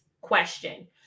question